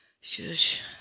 Shush